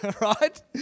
right